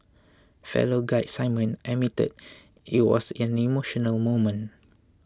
fellow guide Simon admitted it was an emotional moment